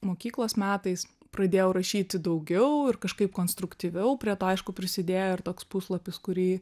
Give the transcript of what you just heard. mokyklos metais pradėjau rašyti daugiau ir kažkaip konstruktyviau prie to aišku prisidėjo ir toks puslapis kurį